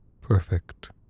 Perfect